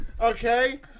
okay